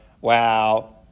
Wow